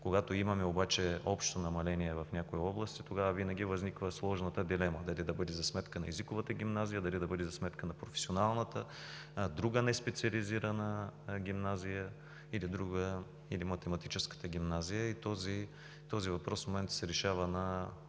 Когато имаме обаче общо намаление в някои области, тогава винаги възниква сложната дилема – дали да бъде за сметка на езиковата гимназия, дали да бъде за сметка на професионалната, на друга неспециализирана гимназия или математическата гимназия. Този въпрос в момента се решава на